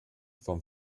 vom